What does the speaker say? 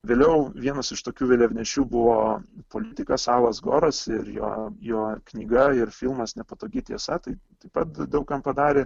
vėliau vienas iš tokių vėliavnešių buvo politikas alas goras ir jo jo knyga ir filmas nepatogi tiesa tai taip pat daug kam padarė